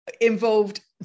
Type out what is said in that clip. involved